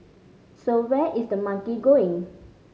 so where is the money going